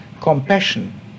compassion